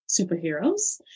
Superheroes